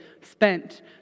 spent